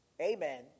amen